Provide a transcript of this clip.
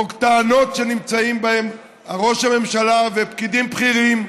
או טענות כלפי ראש הממשלה ופקידים בכירים.